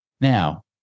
Now